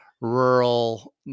rural